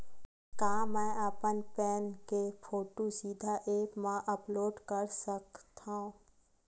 का मैं अपन पैन के फोटू सीधा ऐप मा अपलोड कर सकथव?